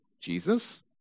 Jesus